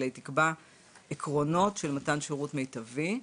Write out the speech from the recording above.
אלא היא תקבע עקרונות של מתן שירות מיטבי,